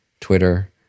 Twitter